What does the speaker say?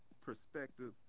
perspective